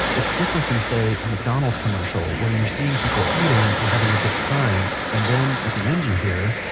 it's different than say, a mcdonald's commercial, where you're seeing people eating, and having a good time, and then at the end you hear